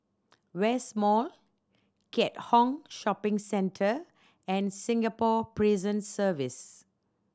West Mall Keat Hong Shopping Centre and Singapore Prison Service